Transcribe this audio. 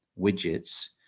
widgets